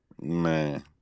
Man